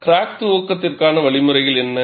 crack துவக்கத்திற்கான வழிமுறைகள் என்ன